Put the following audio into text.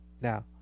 Now